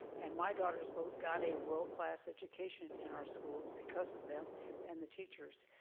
and my daughters both got a world-class education in our schools because of them and the teachers,